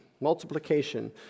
Multiplication